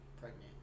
pregnant